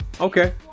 Okay